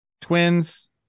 Twins